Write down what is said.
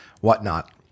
whatnot